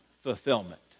fulfillment